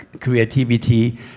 creativity